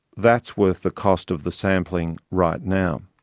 that's worth the cost of the sampling right now.